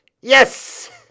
Yes